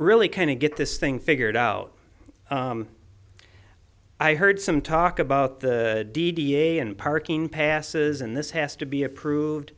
really kind of get this thing figured out i heard some talk about the d d a and parking passes and this has to be approved